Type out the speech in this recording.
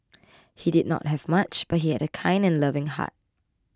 he did not have much but he had a kind and loving heart